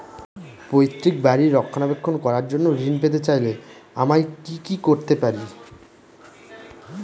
পৈত্রিক বাড়ির রক্ষণাবেক্ষণ করার জন্য ঋণ পেতে চাইলে আমায় কি কী করতে পারি?